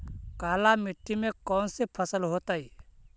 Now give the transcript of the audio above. काला मिट्टी में कौन से फसल होतै?